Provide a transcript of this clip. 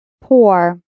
poor